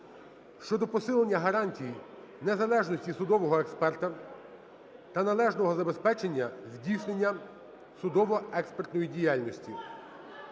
щодо посилення гарантій незалежності судового експерта та належного забезпечення здійснення судово-експертної діяльності